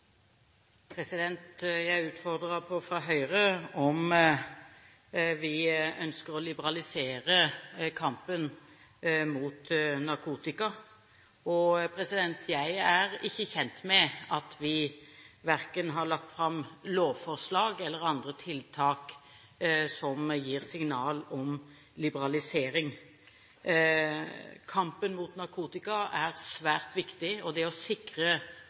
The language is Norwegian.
Jeg ble utfordret av Høyre på om vi ønsker å liberalisere kampen mot narkotika. Jeg er ikke kjent med at vi verken har lagt fram lovforslag eller andre tiltak som gir signal om liberalisering. Kampen mot narkotika er svært viktig. Det å sikre